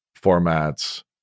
formats